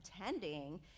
attending